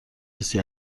حسی